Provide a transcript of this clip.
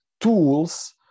tools